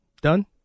done